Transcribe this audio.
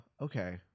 okay